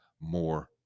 more